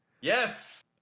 Yes